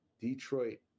Detroit